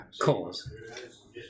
cause